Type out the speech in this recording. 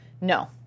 No